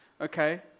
Okay